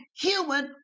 human